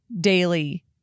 daily